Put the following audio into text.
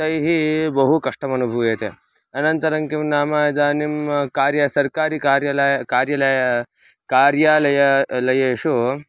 तैः बहु कष्टम् अनुभूयते अनन्तरं किं नाम इदानीं कार्य सर्वकारियकार्यलय कार्यलयः कार्यालयः लयेषु